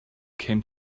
came